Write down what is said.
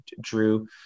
Drew